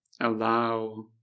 allow